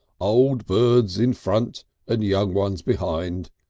old birds in front and young ones behind.